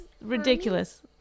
ridiculous